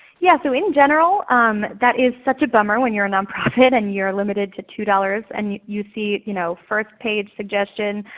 yes, so in general that is such a bummer when you're a nonprofit and you are limited to two dollars and you you see you know first page suggestion,